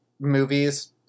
movies